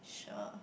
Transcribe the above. sure